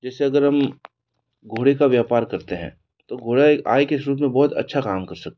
जैसे अगर हम घोड़े का व्यापार करते हैं तो घोड़ा एक आय के सूत्र में बहुत अच्छा काम कर सकता है